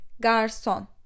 garson